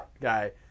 guy